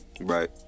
Right